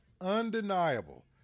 Undeniable